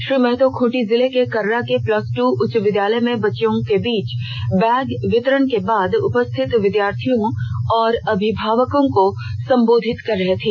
श्री महतो खुंटी जिले के कर्रा के प्लस ट्र उच्च विद्यालय में बच्चों के बीच बैग वितरण के बाद उपस्थित विद्यार्थियों और अभिभावकों को संबोधित कर रहे थे